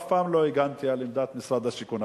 אף פעם לא הגנתי על עמדת משרד השיכון,